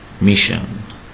mission